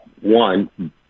One